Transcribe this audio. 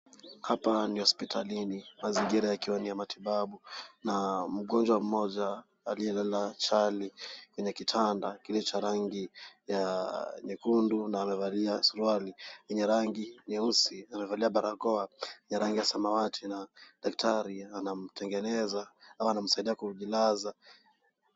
Hapa no hospitalini mazingira yakiwa ni ya matibabu na mgonjwa mmoja aliye lala chali kwenye kitanda kile cha rangi ya nyekundu na amevalia suruali yenye rangi nyeusi na amevalia barakoa ya rangi ya samawati na daktari anamtengeneza au anamsaidia kujilaza.